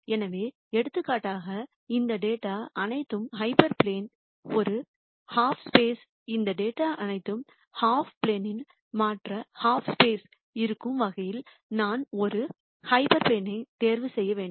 எனவே எடுத்துக்காட்டாக இந்த டேட்டா அனைத்தும் ஹைப்பர் பிளேனின் ஒரு ஹாப் ஸ்பேஸ் இந்த டேட்டா அனைத்தும் ஹைப்பர் பிளேனின் மற்ற ஹாப் ஸ்பேஸ் இருக்கும் வகையில் நான் ஒரு ஹைப்பர் பிளேனை தேர்வு செய்ய வேண்டும்